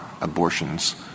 abortions